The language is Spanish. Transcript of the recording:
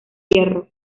fierro